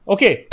Okay